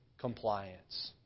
compliance